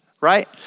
right